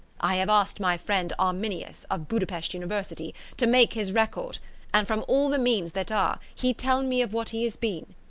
i have asked my friend arminius, of buda-pesth university, to make his record and, from all the means that are, he tell me of what he has been.